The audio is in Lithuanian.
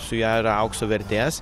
su ja yra aukso vertės